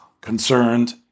concerned